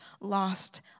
lost